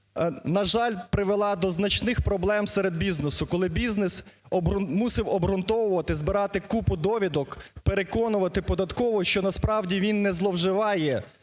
на жаль, привела до значних проблем серед бізнесу, коли бізнес мусив був обґрунтовувати, збирати купу довідок, переконувати податкову, що насправді він не зловживає,